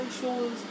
shows